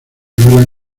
manuela